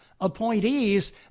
appointees